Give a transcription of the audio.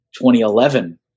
2011